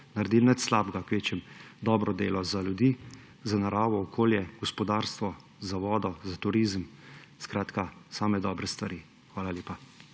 naredili nič slabega, kvečjemu dobro delo za ljudi, za naravo, okolje, gospodarstvo, za vodo, za turizem; skratka same dobre stvari. Hvala lepa.